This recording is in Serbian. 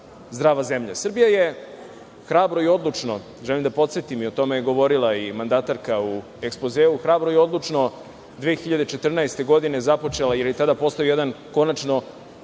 zdrava zemlja. Srbija je hrabro i odlučno, želim da podsetim i o tome je govorila i mandatarka u ekspozeu, hrabro i odlučno 2014. godine započela, jer je tada postojao jedan konačno